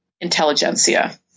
intelligentsia